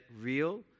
real